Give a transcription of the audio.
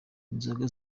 inzoga